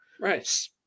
Right